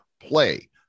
play